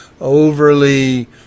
overly